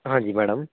ਹਾਂਜੀ ਮੈਡਮ